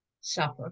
suffer